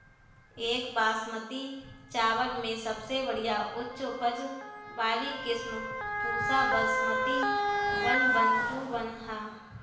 एक बासमती चावल में सबसे बढ़िया उच्च उपज वाली किस्म Pusa basmati one one two one ह?